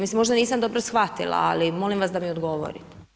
Mislim, možda nisam dobro shvatila, ali molim vas da mi odgovorite.